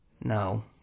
No